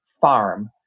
farm